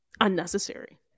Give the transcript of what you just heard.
unnecessary